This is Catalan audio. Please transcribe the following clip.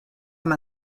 amb